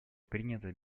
принято